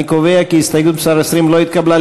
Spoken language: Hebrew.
אני קובע כי הסתייגות מס' 20 לא התקבלה.